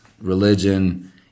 religion